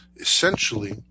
Essentially